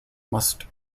must